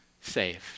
saved